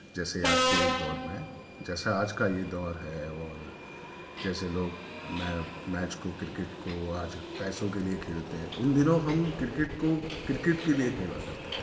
جیسے آج کے اس دور میں جیسا آج کا یہ دور ہے اور جیسے لوگ میں میچ کو کرکٹ کو آج پیسوں کے لیے کھیلتے ہیں ان دنوں ہم کرکٹ کو کرکٹ کے لیے کھیلا کرتے تھے